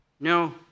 No